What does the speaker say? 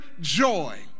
joy